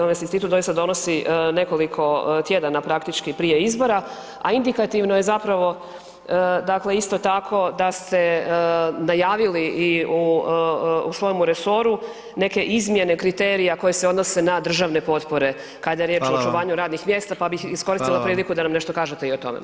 Ovaj se institut doista donosi nekoliko tjedana praktički prije izbora, a indikativno je isto tako da ste najavili u svojemu resoru neke izmjene kriterija koje se odnose na državne potpore kada je riječ o očuvanju radnih mjesta, pa bih iskoristila priliku da nam nešto kažete i o tome.